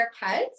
haircuts